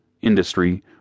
industry